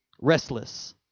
restless